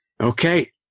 Okay